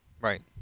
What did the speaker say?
Right